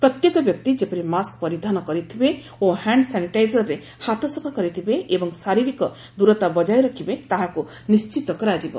ପ୍ରତ୍ୟେକ ବ୍ୟକ୍ତି ଯେପରି ମାସ୍କ ପରିଧାନ କରିଥିବେ ଓ ହାଣ୍ଡ୍ ସାନିଟାଇଜରରେ ହାତ ସଫା କରିଥିବେ ଏବଂ ଶାରୀରିକ ଦୂରତା ବଜାୟ ରଖିବେ ତାହାକୁ ନିଶ୍ଚିତ କରାଯିବ